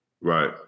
right